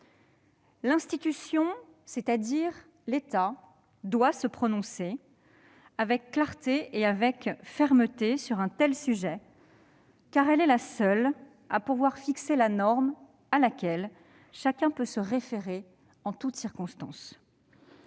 L'institution, c'est-à-dire l'État, doit se prononcer avec clarté et fermeté sur un tel sujet, car elle est la seule à pouvoir fixer la norme à laquelle chacun peut se référer en toutes circonstances.